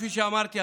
כפי שאמרתי,